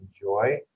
enjoy